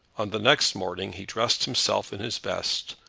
on the next morning he dressed himself in his best,